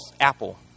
apple